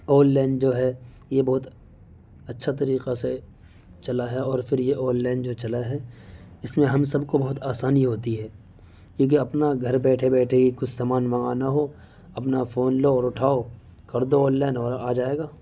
on line جو ہے یہ بہت اچھا طریقہ سے چلا ہے اور پھر یہ آن لائن جو چلا ہے اس میں ہم سب کو بہت آسانی ہوتی ہے کیونکہ اپنا گھر بیٹھے بیٹھے کچھ سامان منگانا ہو اپنا فون لو اور اٹھاؤ کر دو آن لائن اور آ جائے گا